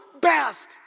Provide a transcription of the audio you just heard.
best